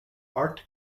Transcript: art